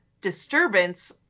disturbance